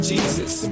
Jesus